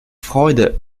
freude